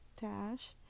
dash